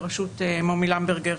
בראשות מומי למברגר,